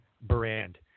brand